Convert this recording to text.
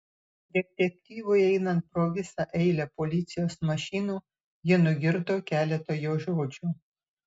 detektyvui einant pro visą eilę policijos mašinų ji nugirdo keletą jo žodžių